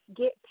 get